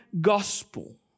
gospel